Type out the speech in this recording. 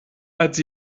als